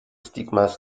stigmas